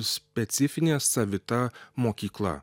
specifinė savita mokykla